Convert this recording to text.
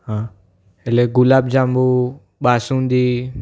હા એટલે ગુલાબજાંબુ બાસુંદી